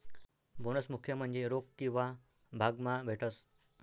bonus मुख्य म्हन्जे रोक किंवा भाग मा भेटस